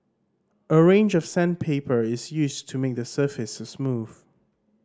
a range of sandpaper is used to make the surface smooth